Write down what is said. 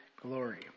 glory